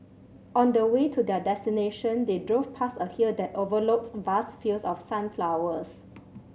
on the way to their destination they drove past a hill that overlooked vast fields of sunflowers